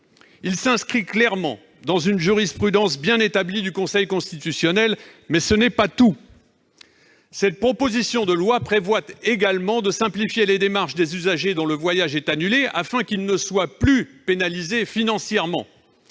Il s'inscrit clairement dans une jurisprudence bien établie du Conseil constitutionnel. Mais ce n'est pas tout ! Cette proposition de loi prévoit également de simplifier les démarches des usagers dont le voyage est annulé, afin qu'ils ne soient plus pénalisés financièrement.